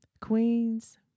Queens